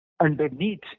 underneath